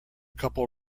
couple